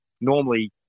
normally